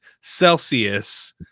Celsius